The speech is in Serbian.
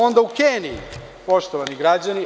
Onda u Keniji, poštovani građani.